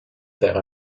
vers